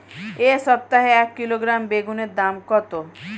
এই সপ্তাহে এক কিলোগ্রাম বেগুন এর দাম কত?